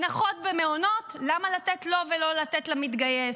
הנחות במעונות, למה לתת לו ולא לתת למתגייס?